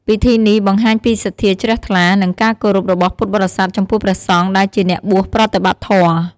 ពិធីនេះបង្ហាញពីសទ្ធាជ្រះថ្លា និងការគោរពរបស់ពុទ្ធបរិស័ទចំពោះព្រះសង្ឃដែលជាអ្នកបួសប្រតិបត្តិធម៌។